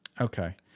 Okay